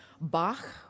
Bach